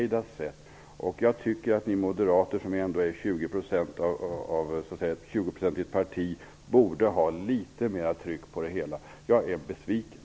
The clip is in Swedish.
Jag tycker att ni moderater, som ändå tillhör ett 20 procentsparti, borde ha litet mera tryck i ert arbete. Jag är besviken.